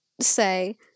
say